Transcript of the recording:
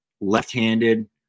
left-handed